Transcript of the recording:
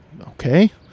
okay